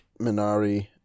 Minari